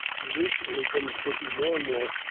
recently been thinking more and more,